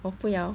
我不要